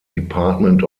department